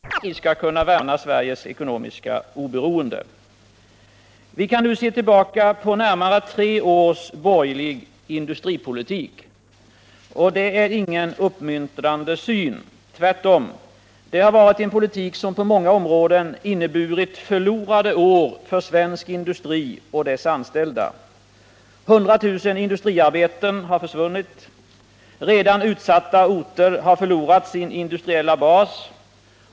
Herr talman! Näringspolitiken är av avgörande betydelse för hela välståndsutvecklingen i vårt land. Utan en fortsatt industriell expansion kommer vi inte att kunna utveckla det svenska samhället på det sätt och i den takt som vi önskar. En stark industrisektor är nödvändig för att vi skall kunna ge människor arbete, trygghet och omvårdnad, för att vi skall kunna minska de ekonomiska och sociala klyftorna i samhället, för att vi skall kunna skapa en regional balans och för att vi skall kunna värna Sveriges ekonomiska oberoende. Vi kan nu se tillbaka på närmare tre års borgerlig industripolitik, och det är ingen uppmuntrande syn — tvärtom. Det har varit en politik som på många områden inneburit förlorade år för svensk industri och dess anställda. 100 000 industriarbeten har försvunnit. Redan utsatta orter har förlorat sin industriella bas.